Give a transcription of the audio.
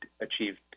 achieved